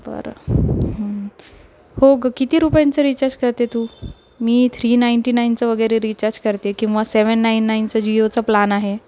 बरं हो ग किती रुपयांचं रिचार्ज करते तू मी थ्री नाईनटी नाईनचं वगैरे रिचार्ज करते किंवा सेवन नाईन नाईनचं जिओचं प्लान आहे